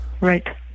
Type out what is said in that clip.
Right